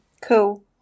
cool